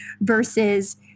versus